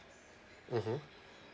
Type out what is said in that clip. mmhmm